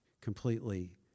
completely